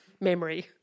memory